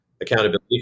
Accountability